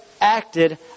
acted